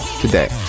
today